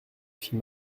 fit